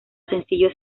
sencillo